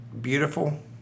beautiful